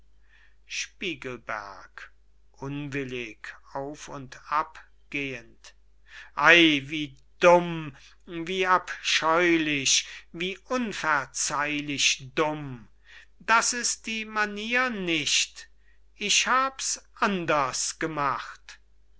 abgehend ey wie dumm wie abscheulich wie unverzeihlich dumm das ist die manier nicht ich hab's anderst gemacht